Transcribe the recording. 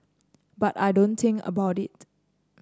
but I don't think about it